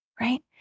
Right